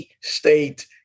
State